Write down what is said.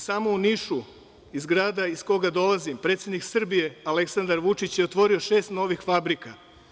Samo u Nišu, iz grada iz kog dolazim, predsednik Srbije, Aleksandar Vučić, je otvorio šest novih fabrika.